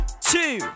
two